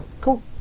Cool